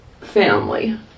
family